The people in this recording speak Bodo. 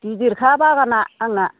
गिदिरखा बागाना आंना